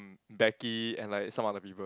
Becky and like some other people